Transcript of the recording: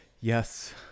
Yes